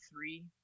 three